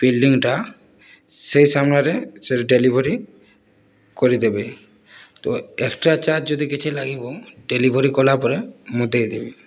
ବିଲ୍ଡିଂଟା ସେ ସମୟରେ ସେଠି ଡେଲିଭରି କରିଦେବେ ତ ଏକ୍ଷ୍ଟ୍ରା ଚାର୍ଜ ଯଦି କିଛି ଲାଗିବ ଡେଲିଭରି କଲା ପରେ ମୁଁ ଦେଇଦେବି